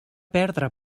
perdre